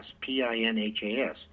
P-I-N-H-A-S